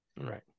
right